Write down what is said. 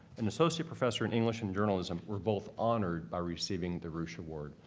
an associate professor in english and journalism, were both honored by receiving the roueche award.